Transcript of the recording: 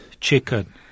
chicken